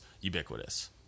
ubiquitous